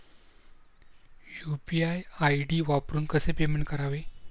UPI ID वापरून कसे payment करावे?